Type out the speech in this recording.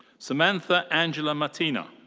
samantha angela mattina.